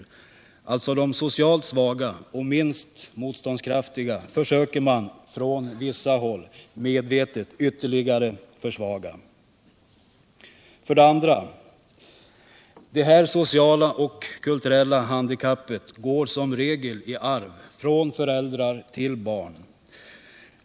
Det är alltså de socialt svaga och minst motståndskraftiga som man från vissa håll medvetet försöker att ytterligare försvaga. För det andra: Det här sociala och kulturelta handikappet går som regel i arv från föräldrar till barn.